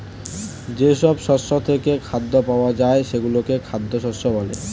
যেসব শস্য থেকে খাদ্য পাওয়া যায় সেগুলোকে খাদ্য শস্য বলে